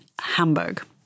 Hamburg